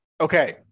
Okay